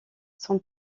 son